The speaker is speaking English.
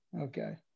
okay